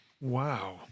Wow